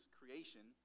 creation